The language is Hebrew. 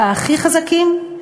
בהכי חזקים?